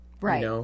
Right